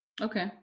Okay